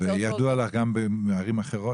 וידוע לך גם על המצב בערים אחרות?